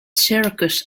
circus